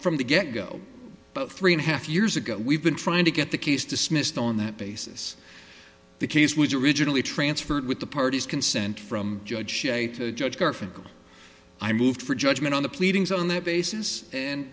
from the get go about three and a half years ago we've been trying to get the case dismissed on that basis the case was originally transferred with the parties consent from judge judge garfinkel i moved her judgment on the pleadings on that basis and